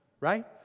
right